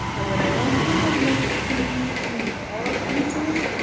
and when i don't feel like making any more pieces,